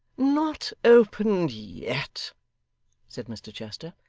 not opened yet said mr chester.